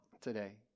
today